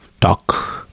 talk